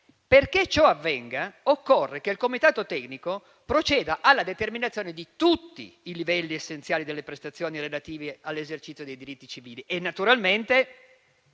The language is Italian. perché ciò avvenga occorre che il Comitato tecnico proceda alla determinazione di tutti i livelli essenziali delle prestazioni relative all'esercizio dei diritti civili e naturalmente